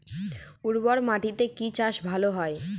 উর্বর মাটিতে কি চাষ ভালো হয়?